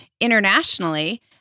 internationally